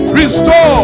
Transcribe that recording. restore